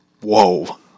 whoa